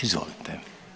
Izvolite.